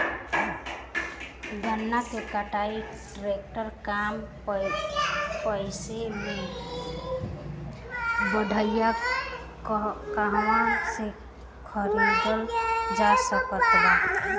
गन्ना कटाई ट्रैक्टर कम पैसे में बढ़िया कहवा से खरिदल जा सकत बा?